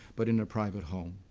but in a private home.